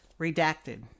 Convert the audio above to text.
Redacted